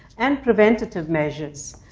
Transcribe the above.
and preventative measures.